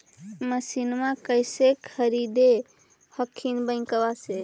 मसिनमा कैसे खरीदे हखिन बैंकबा से?